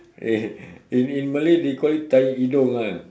eh in in Malay they call it tahi hidung ah